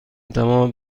تمام